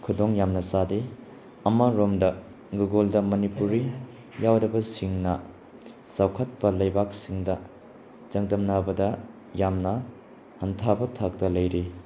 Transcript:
ꯈꯨꯗꯣꯡ ꯌꯥꯝꯅ ꯆꯥꯗꯦ ꯑꯃꯔꯣꯝꯗ ꯒꯨꯒꯜꯗ ꯃꯅꯤꯄꯨꯔꯤ ꯌꯥꯎꯔꯕꯁꯤꯡꯅ ꯆꯥꯎꯈꯠꯄ ꯂꯩꯕꯥꯛꯁꯤꯡꯗ ꯆꯥꯡꯗꯝꯅꯕꯗ ꯌꯥꯝꯅ ꯍꯟꯊꯕ ꯊꯥꯛꯇ ꯂꯩꯔꯤ